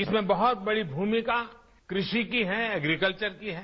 इसमें बहुत बड़ी भूमिका कृषि की है एग्रीकल्वर की है